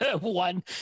one